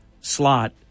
slot